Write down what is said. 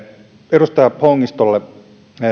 edustaja hongistolle